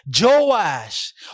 Joash